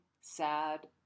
sad